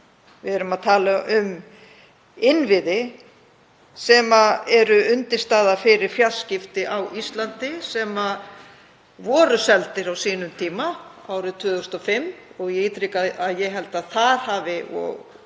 Við erum að tala um innviði sem eru undirstaða fyrir fjarskipti á Íslandi sem voru seldir á sínum tíma, árið 2005, og ég ítreka að það er augljóst að þar hafi